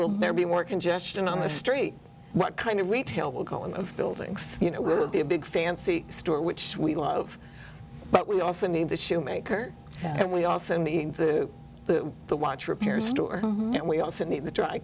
will there be work ingestion on the street what kind of retail will go in the buildings you know will be a big fancy store which we love but we also need the shoemaker and we also need the the the watch repair store and we also need the dry